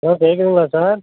hello கேட்குதுங்களா sir